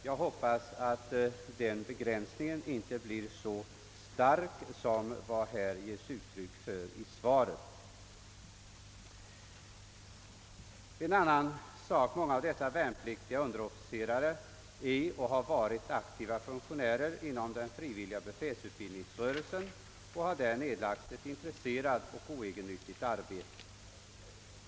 Jag hoppas att begränsningen när bestämmelserna utformas inte blir så snäv som svaret har givit uttryck för. Jag vill även här framhålla att många av dessa värnpliktiga underofficerare är eller har varit aktiva funktionärer inom den frivilliga befälsutbildningsrörelsen och har där nedlagt ett intressant och oegennyttigt arbete.